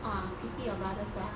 !wah! pity your brother sia